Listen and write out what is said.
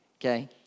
okay